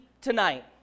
tonight